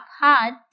hard